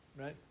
right